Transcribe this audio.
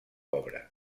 obra